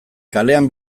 kalean